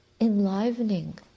enlivening